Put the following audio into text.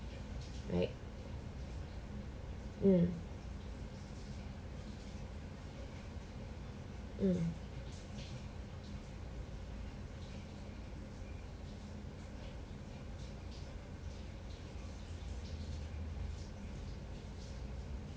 right mm mm